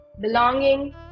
belonging